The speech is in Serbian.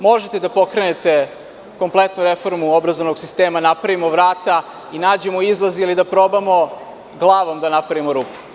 Možete da pokrenete kompletnu reformu obrazovnog sistema, da napravimo vrata i nađemo izlaz ili da probamo glavom da napravimo rupu.